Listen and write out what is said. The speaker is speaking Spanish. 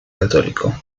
católico